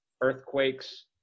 earthquakes